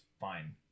fine